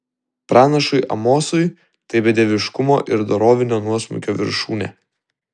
pranašui amosui tai bedieviškumo ir dorovinio nuosmukio viršūnė